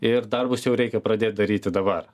ir darbus jau reikia pradėt daryti dabar